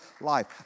life